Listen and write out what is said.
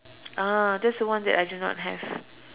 ah that's the one that I do not have